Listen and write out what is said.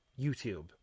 youtube